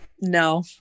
no